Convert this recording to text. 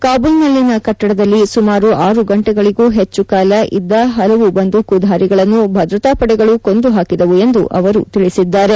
ಕಾಬೂಲ್ ನಲ್ಲಿನ ಕಟ್ಟಡದಲ್ಲಿ ಸುಮಾರು ಆರು ಗಂಟೆಗಳಿಗೂ ಹೆಚ್ಚು ಕಾಲ ಇದ್ದ ಹಲವು ಬಂದೂಕುಧಾರಿಗಳನ್ನು ಭದ್ರತಾಪಡೆಗಳು ಕೊಂದು ಹಾಕಿದವು ಎಂದು ಅವರು ತಿಳಿಸಿದ್ದಾರೆ